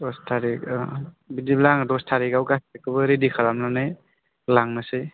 दस थारिग बिदिब्ला आङो दस थारिगआव गासैखौबो रेदि खालामनानै लांनोसै